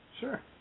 Sure